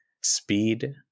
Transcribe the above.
speed